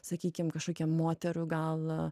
sakykim kažkokiam moterų gal